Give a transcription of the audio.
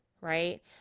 Right